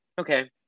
Okay